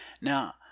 Now